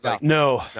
No